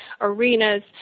arenas